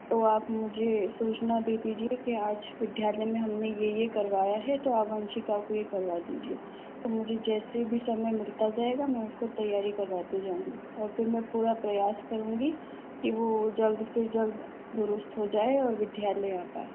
तो आप मुझे सूचना दे दीजिए कि आज विद्यालय में हमने ये ये करवाया है तो आप वंशिका को यह करवा दीजिए तो मुझे जैसे भी समय मिलता जाएगा मैं उसको तैयारी करवाती जाऊंगी और फिर मैं पूरा प्रयास करूंगी कि वो जल्द से जल्द दुरुस्त हो जाए और विद्यालय आ पाए